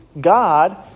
God